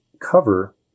cover